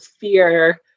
fear